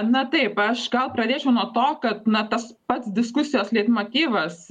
na taip aš gal pradėčiau nuo to kad na tas pats diskusijos leitmotyvas